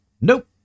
Nope